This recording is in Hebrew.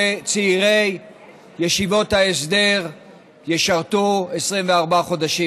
שצעירי ישיבות ההסדר ישרתו 24 חודשים.